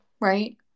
right